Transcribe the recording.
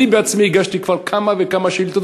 אני בעצמי הגשתי כבר כמה וכמה שאילתות,